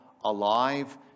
alive